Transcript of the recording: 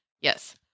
Yes